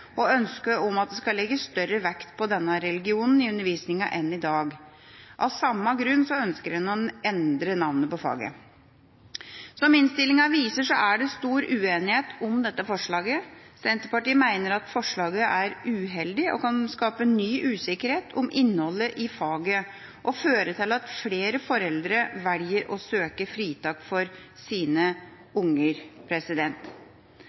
og ønsket om at det skal legges større vekt på denne religionen i undervisninga enn i dag. Av samme grunn ønsker en å endre navnet på faget. Som innstillinga viser, er det stor uenighet om dette forslaget. Senterpartiet mener at forslaget er uheldig, kan skape ny usikkerhet om innholdet i faget og føre til at flere foreldre velger å søke fritak for sine